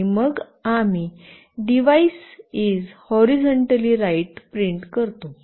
आणि मग आम्ही "device is horizontally right " print करतो